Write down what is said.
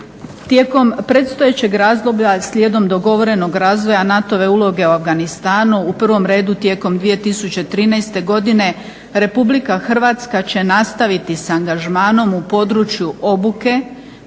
Tijekom predstojećeg razdoblja slijedom dogovorenog razvoja NATO-ove uloge u Afganistanu, u prvom redu tijekom 2013. godine Republika Hrvatska će nastaviti s angažmanom u području obuke,